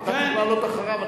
אתה צריך לעלות אחריו.